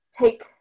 take